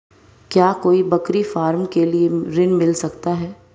क्या कोई बकरी फार्म के लिए ऋण मिल सकता है?